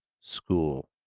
school